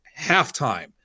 halftime